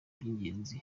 by’ingenzi